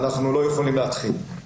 אנחנו לא יכולים להתחיל.